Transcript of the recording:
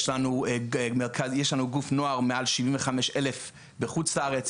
יש לנו גוף נוער מעל 75,000 בחוץ לארץ,